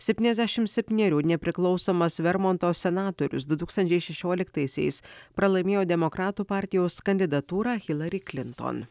septyniasdešim septynerių nepriklausomas vermonto senatorius du tūkstančiai šešioliktaisiais pralaimėjo demokratų partijos kandidatūrą hillary clinton